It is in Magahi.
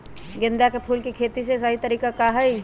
गेंदा के फूल के खेती के सही तरीका का हाई?